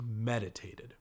meditated